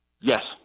Yes